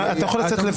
אתה יכול לצאת לבד.